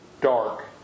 dark